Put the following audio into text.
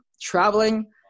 traveling